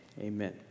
Amen